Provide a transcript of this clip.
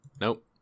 nope